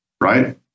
right